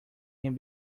can